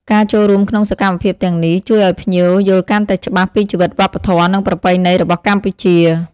ការចូលរួមក្នុងសកម្មភាពទាំងនេះ ជួយឲ្យភ្ញៀវយល់កាន់តែច្បាស់ពីជីវិតវប្បធម៌ និងប្រពៃណីរបស់កម្ពុជា។